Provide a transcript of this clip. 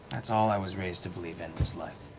that's all i was raised to believe in, was life.